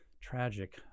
tragic